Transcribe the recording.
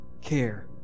care